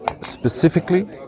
specifically